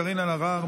קארין אלהרר,